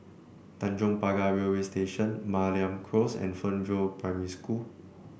Tanjong Pagar Railway Station Mariam Close and Fernvale Primary School